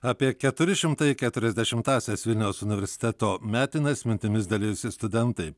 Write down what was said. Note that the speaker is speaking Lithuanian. apie keturi šimtai keturiasdešimtąsias vilniaus universiteto metines mintimis dalijosi studentai